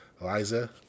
Eliza